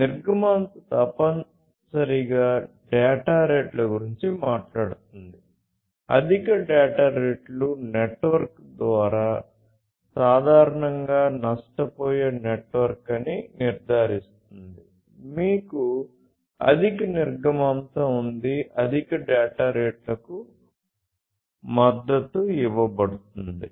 నిర్గమాంశ తప్పనిసరిగా డేటా రేట్ల గురించి మాట్లాడుతుంది అధిక డేటా రేట్లు నెట్వర్క్ ద్వారా సాధారణంగా నష్టపోయే నెట్వర్క్ అని నిర్ధారిస్తుంది మీకు అధిక నిర్గమాంశ ఉంది అధిక డేటా రేట్లకు మద్దతు ఇవ్వబడుతుంది